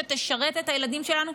לכזאת שתשרת את הילדים שלנו,